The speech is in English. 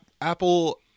Apple